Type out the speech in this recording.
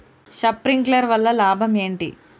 Sprinkler వల్ల లాభం ఏంటి?